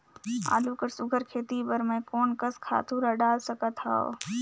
आलू कर सुघ्घर खेती बर मैं कोन कस खातु ला डाल सकत हाव?